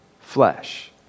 flesh